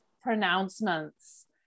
pronouncements